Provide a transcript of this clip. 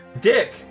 Dick